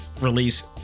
release